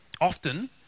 Often